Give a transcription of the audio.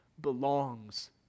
belongs